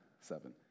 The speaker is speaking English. seven